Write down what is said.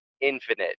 infinite